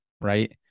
right